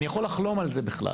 אני יכול לחלום על זה בכלל".